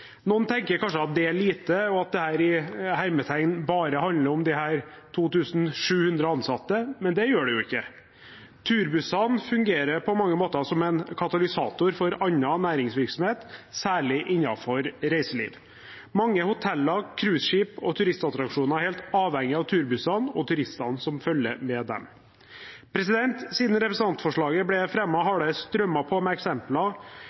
Noen tenker kanskje at det er lite, og at det bare – i hermetegn – handler om disse 2 700 ansatte, men det gjør det jo ikke. Turbussene fungerer på mange måter som en katalysator for annen næringsvirksomhet, særlig innenfor reiseliv. Mange hoteller, cruiseskip og turistattraksjoner er helt avhengig av turbussene og turistene som følger med dem. Siden representantforslaget ble fremmet, har det strømmet på med eksempler